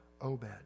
Obed